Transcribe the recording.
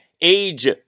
age